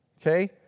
Okay